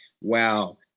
wow